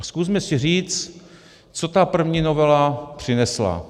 Zkusme si říci, co ta první novela přinesla.